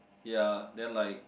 ya then like